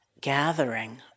gathering